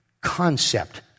concept